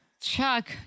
Chuck